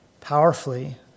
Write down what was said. powerfully